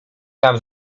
nam